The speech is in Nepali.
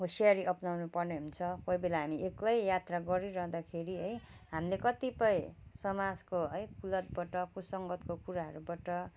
होसियारी अप्नाउनु पर्ने हुन्छ कोहीबेला हामी एक्लै यात्रा गरिरहदाखेरि है हामीले कतिपय समाजको है कुलतबाट कुसङ्गतको कुराहरूबाट